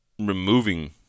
removing